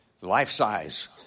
life-size